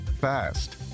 fast